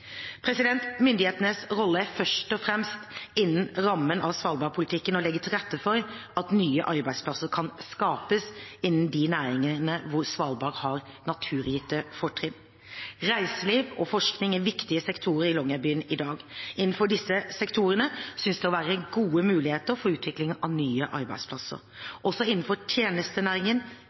Myndighetenes rolle er først og fremst, innenfor rammen av svalbardpolitikken, å legge til rette for at nye arbeidsplasser kan skapes innenfor de næringene der Svalbard har naturgitte fortrinn. Reiseliv og forskning er viktige sektorer i Longyearbyen i dag. Innenfor disse sektorene synes det å være gode muligheter for utvikling av nye arbeidsplasser. Også innenfor tjenestenæringen,